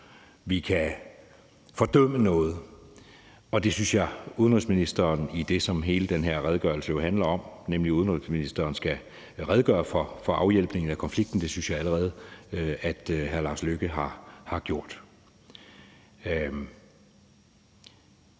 Vi kan fordømme noget. Og det synes jeg at udenrigsministeren, hvad angår det, som hele den her forespørgsel jo handler om, nemlig at udenrigsministeren skal redegøre for afhjælpningen af konflikten, allerede har gjort.